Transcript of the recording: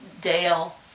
Dale